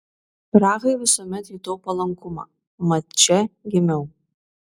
prahai visuomet jutau palankumą mat čia gimiau